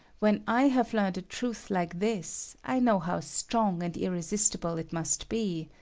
when i have learned a truth like this, i know how strong and irresistible it must be.